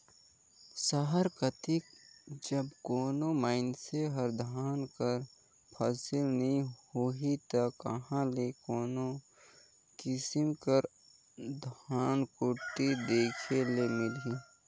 सहर कती जब कोनो मइनसे हर धान कर फसिल नी लेही ता कहां ले कोनो किसिम कर धनकुट्टी देखे ले मिलही